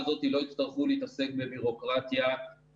אני חושב שאני לא הכתובת אלא יכול להיות שרשות המסים תוכל לעשות זאת טוב